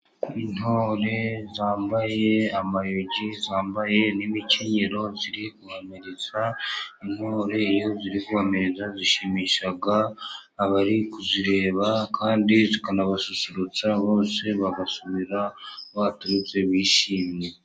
Intore zambaye amayugi, zambaye n'imikinnyero, ziri guhamiriza, intore iyo ziri guhamiriza zishimisha abari kuzireba, kandi bakanabasusurutsa bose bagasubira aho baturutse bishimye.